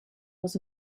was